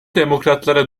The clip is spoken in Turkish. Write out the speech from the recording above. demokratlara